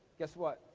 guess what?